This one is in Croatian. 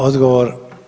Odgovor.